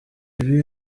ibi